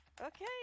okay